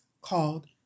called